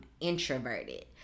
introverted